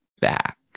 back